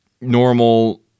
normal